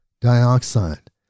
dioxide